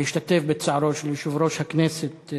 להשתתף בצערו של יושב-ראש הכנסת,